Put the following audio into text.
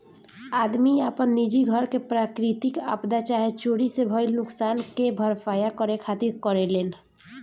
आदमी आपन निजी घर के प्राकृतिक आपदा चाहे चोरी से भईल नुकसान के भरपाया करे खातिर करेलेन